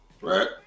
Right